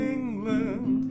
England